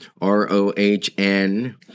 R-O-H-N